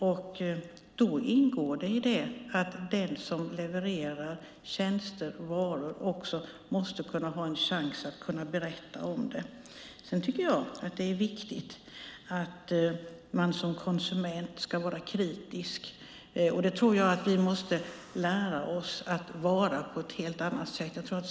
I det ingår att den som levererar tjänster och varor också måste ha en chans att berätta om det. Det är viktigt att man som konsument är kritisk. Det tror jag att vi måste lära oss att vara på ett helt annat sätt.